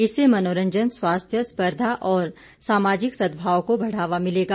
इससे मनोरंजन स्वास्थ्य स्पर्धा और सामाजिक सद्भाव को बढ़ावा मिलेगा